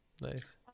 Nice